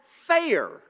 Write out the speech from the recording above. fair